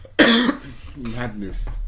Madness